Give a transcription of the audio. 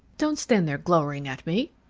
don't stand there glowering at me.